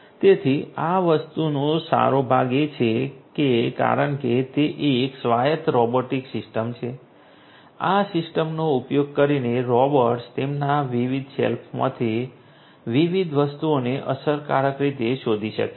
તેથી આ વસ્તુનો સારો ભાગ એ છે કે કારણ કે તે એક સ્વાયત્ત રોબોટિક સિસ્ટમ છે આ સિસ્ટમનો ઉપયોગ કરીને રોબોટ્સ તેમના વિવિધ શેલ્ફસમાંથી વિવિધ વસ્તુઓને અસરકારક રીતે શોધી શકે છે